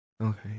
okay